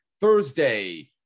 Thursday